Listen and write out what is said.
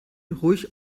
ruhig